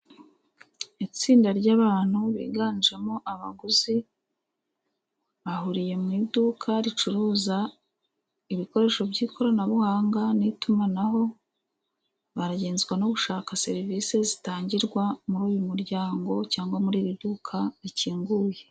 Itsinda ry'abantu biganjemo abaguzi, bahuriye mu iduka ricuruza ibikoresho by'ikoranabuhanga n'itumanaho, baragenzwa no gushaka serivisi zitangirwa muri uyu muryango cyangwa muri iri duka rikinguye.